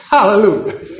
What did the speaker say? Hallelujah